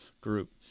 group